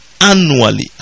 annually